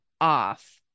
off